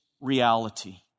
reality